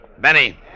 Benny